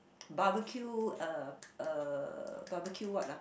barbeque uh uh barbeque what ah